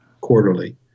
quarterly